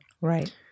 Right